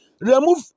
Remove